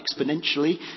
exponentially